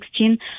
2016